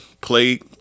played